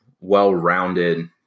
well-rounded